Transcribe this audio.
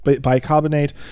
bicarbonate